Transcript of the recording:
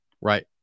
right